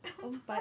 empat